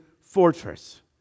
fortress